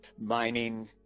Mining